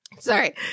Sorry